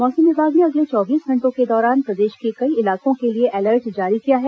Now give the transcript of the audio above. मौसम विमाग ने अगले चौबीस घंटों के दौरान प्रदेश के कई इलाकों के लिए अलर्ट जारी किया है